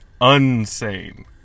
Unsane